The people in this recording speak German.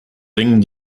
ringen